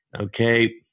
Okay